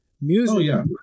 music